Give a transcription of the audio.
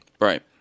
Right